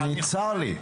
צר לי.